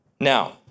Now